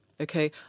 okay